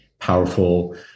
powerful